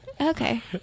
Okay